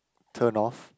turn off